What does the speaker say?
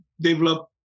develop